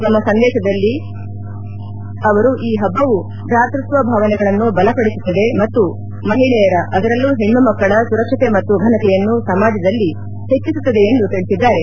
ತಮ್ಮ ಸಂದೇಶದಲ್ಲಿ ಅವರು ಈ ಹಬ್ಬವು ಭ್ರಾತ್ವತ್ವ ಭಾವನೆಗಳನ್ನು ಬಲಪದಿಸುತ್ತದೆ ಮತ್ತು ಮಹಿಳೆಯರ ಅದರಲ್ಲೂ ಹೆಣ್ಣು ಮಕ್ಕಳ ಸುರಕ್ಷತೆ ಮತ್ತು ಘನತೆಯನ್ನು ಸಮಾಜದಲ್ಲಿ ಹೆಚ್ಚಿಸುತ್ತದೆ ಎಂದು ತಿಳಿಸಿದ್ದಾರೆ